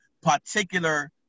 particular